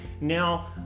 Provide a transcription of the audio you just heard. Now